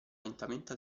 lentamente